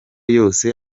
yose